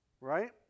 Right